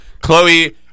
chloe